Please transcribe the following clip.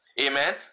Amen